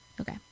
okay